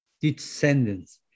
descendants